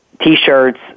T-shirts